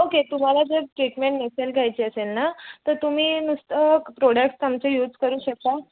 okay तुम्हाला जर treatment नसेल घ्यायची असेल ना तर तुम्ही नुसतं प्रोडक्टस आमचे यूज करू शकता